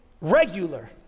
regular